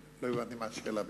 לא הבנתי מה השאלה בדיוק.